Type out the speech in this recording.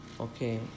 okay